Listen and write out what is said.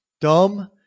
Dumb